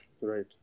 Right